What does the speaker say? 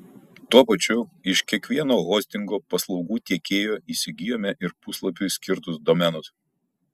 tuo pačiu iš kiekvieno hostingo paslaugų tiekėjo įsigijome ir puslapiui skirtus domenus